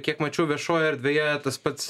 kiek mačiau viešoje erdvėje tas pats